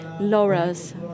Laura's